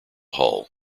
hull